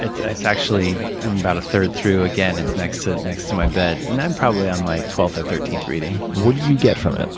it's ah it's actually about a third through again. it's next to next to my bed. and i'm probably on my twelfth or thirteenth reading. what do you get from it?